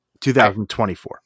2024